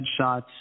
headshots